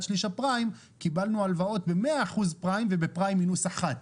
שליש הפריים קיבלנו הלוואות במאה אחוז פריים ובפריים מינוס אחד.